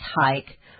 hike